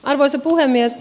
arvoisa puhemies